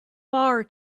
far